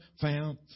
found